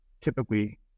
typically